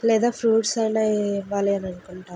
లేదా ఫ్రూట్స్ అయినా ఇవ్వాలనుకుంటాము